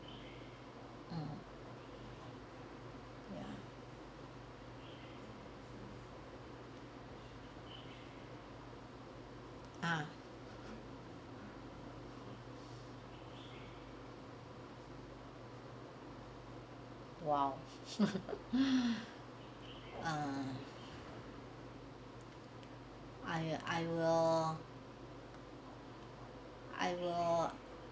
mm ya ah !wow! err I I will I will